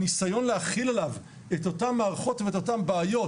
הניסיון להחיל עליו את אותן מערכות ואת אותן בעיות